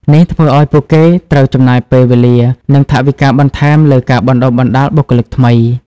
នេះធ្វើឱ្យពួកគេត្រូវចំណាយពេលវេលា និងថវិកាបន្ថែមលើការបណ្តុះបណ្តាលបុគ្គលិកថ្មី។